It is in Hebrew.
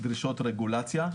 דרישות רגולציה,